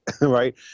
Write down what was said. right